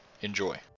Enjoy